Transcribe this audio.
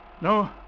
No